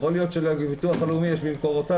יכול להיות שלביטוח הלאומי יש את האפשרות.